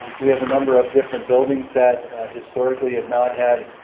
we have a number of different buildings that historically have not had